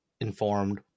informed